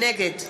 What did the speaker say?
נגד